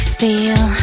feel